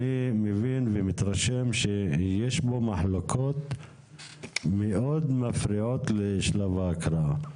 אני מבין ומתרשם שיש פה מחלוקות שמאוד מפריעות לשלב ההקראה.